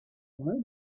why